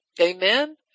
Amen